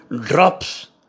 drops